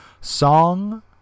Song